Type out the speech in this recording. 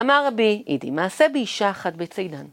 אמר רבי אידי, מעשה באישה אחת בצידן?